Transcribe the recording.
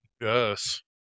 yes